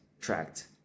tracked